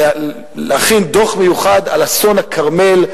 להכין דוח מיוחד על אסון הכרמל,